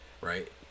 right